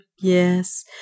yes